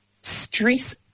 stress